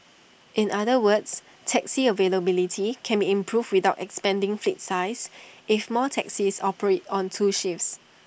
in other words taxi availability can be improved without expanding fleet size if more taxis operate on two shifts